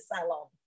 salon